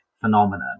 phenomenon